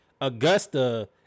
Augusta